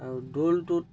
আৰু দৌলটোত